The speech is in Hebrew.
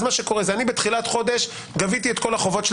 אני בתחילת חודש גביתי את כל החובות שלי